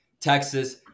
Texas